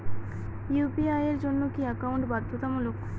UPI এর জন্য কি একাউন্ট বাধ্যতামূলক?